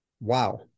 Wow